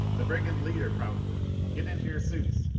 the brigand leader, probably! get into your suits,